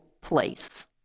place